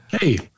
Hey